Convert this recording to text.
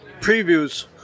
previews